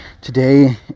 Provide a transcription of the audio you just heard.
today